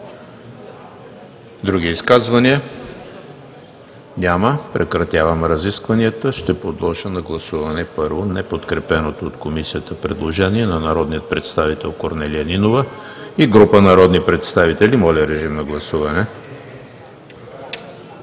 Други изказвания? Няма. Прекратявам разискванията и ще подложа на гласуване първо неподкрепеното от Комисията предложение на народния представител Корнелия Нинова и и група народни представители. Гласували